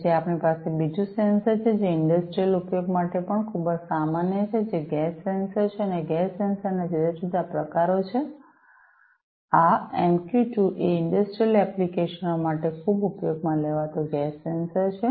પછી આપણી પાસે બીજું સેન્સર છે જે ઇંડસ્ટ્રિયલ ઉપયોગ માટે પણ ખૂબ જ સામાન્ય છે જે ગેસ સેન્સર છે અને ગેસ સેન્સર ના જુદા જુદા ભિન્ન પ્રકારો છે આ એમક્યુ 2 એ ઇંડસ્ટ્રિયલ એપ્લિકેશનો માટે ખૂબ ઉપયોગમાં લેવાતા ગેસ સેન્સર છે